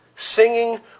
singing